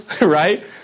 right